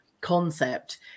concept